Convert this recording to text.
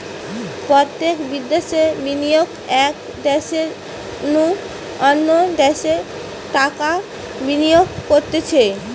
প্রত্যক্ষ বিদ্যাশে বিনিয়োগ এক দ্যাশের নু অন্য দ্যাশে টাকা বিনিয়োগ করতিছে